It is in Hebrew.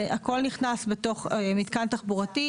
זה הכל נכנס בתוך מתקן תחבורתי,